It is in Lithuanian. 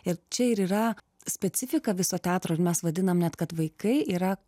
ir čia ir yra specifika viso teatro ir mes vadinam net kad vaikai yra